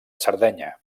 sardenya